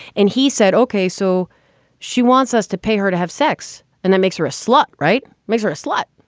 and he said, ok. so she wants us to pay her to have sex. and that makes her a slut, right? makes her a slut.